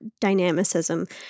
dynamicism